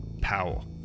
Powell